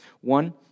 One